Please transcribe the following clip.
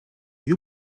you